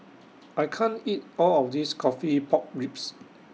I can't eat All of This Coffee Pork Ribs